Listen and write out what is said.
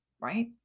Right